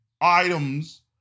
items